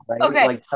Okay